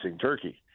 Turkey